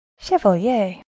chevalier